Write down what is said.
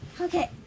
Okay